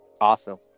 Awesome